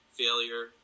failure